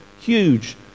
huge